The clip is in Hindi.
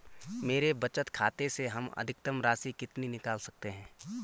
मेरे बचत खाते से हम अधिकतम राशि कितनी निकाल सकते हैं?